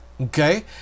okay